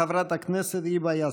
חברת הכנסת היבה יזבק.